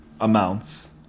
amounts